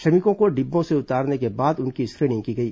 श्रमिकों को डिब्बों से उतारने के बाद उनकी स्क्रीनिंग की गई